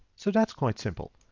so that's quite simple.